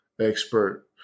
expert